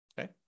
Okay